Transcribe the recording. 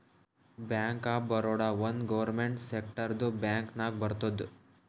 bank of Baroda ಒಂದ್ government ಸೆಕ್ಟರ್ದು bank ನಾಗ್ ಬರ್ತುದ್